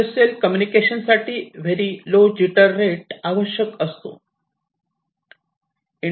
industrial communication साठी very low jitter rate आवश्यक असतो